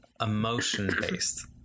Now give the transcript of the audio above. emotion-based